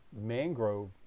mangrove